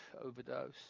overdose